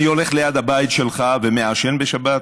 אני הולך ליד הבית שלך ומעשן בשבת?